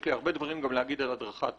יש לי הרבה דברים גם להגיד על הדרכת חוץ,